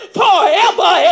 forever